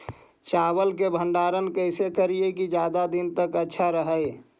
चावल के भंडारण कैसे करिये की ज्यादा दीन तक अच्छा रहै?